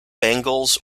bengals